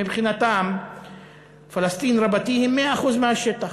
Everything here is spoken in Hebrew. מבחינתם פלסטין רבתי היא 100% השטח.